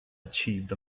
achieved